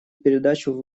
передачу